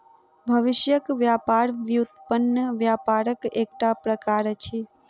भविष्यक व्यापार व्युत्पन्न व्यापारक एकटा प्रकार अछि